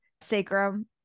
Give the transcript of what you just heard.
sacrum